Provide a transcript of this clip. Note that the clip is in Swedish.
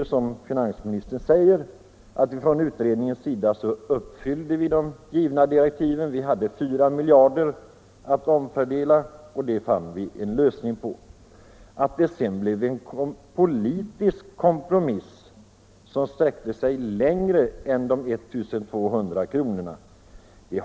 Som finansministern framhållit har utredningen förverkligat de givna direktiven. Vi hade 4 miljarder att omfördela, och det fann vi en lösning på. Att det sedan blev en politisk kompromiss som sträckte sig längre än till de 1 200 kr.